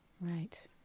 Right